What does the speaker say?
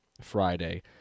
Friday